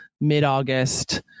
mid-August